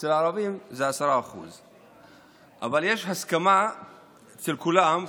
ואצל הערבים זה 10%. אבל יש הסכמה אצל כולם,